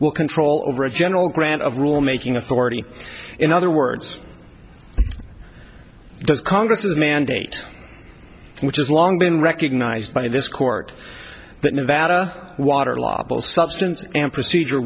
will control over a general grant of rule making authority in other words does congress's mandate which is long been recognized by this court that nevada water labile substance and procedure